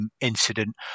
incident